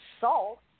salt